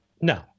no